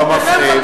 השר